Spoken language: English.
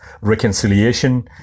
reconciliation